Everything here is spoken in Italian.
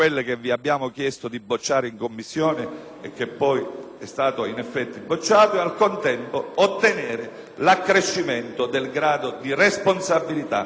state bocciate - e, al contempo, ottenere l'accrescimento del grado di responsabilità dei vari livelli di Governo nei confronti dei cittadini.